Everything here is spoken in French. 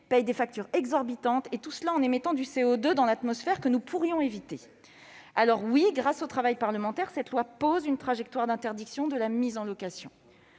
payent des factures exorbitantes, tout cela en émettant du CO2 que nous pourrions éviter. Grâce au travail parlementaire, ce texte pose une trajectoire d'interdiction de la mise en location.